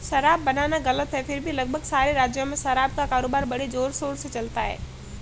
शराब बनाना गलत है फिर भी लगभग सारे राज्यों में शराब का कारोबार बड़े जोरशोर से चलता है